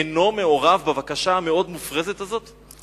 אינו מעורב בבקשה המאוד מופרזת הזאת?